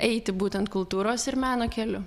eiti būtent kultūros ir meno keliu